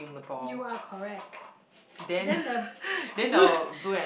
you are correct then the blue